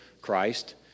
Christ